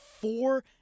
four